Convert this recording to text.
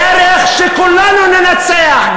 דרך שכולנו ננצח,